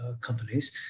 companies